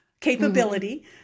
capability